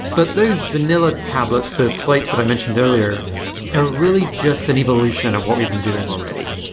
but those vanilla tablets, the slates that i mentioned earlier are really just an evolution of what we've been doing already.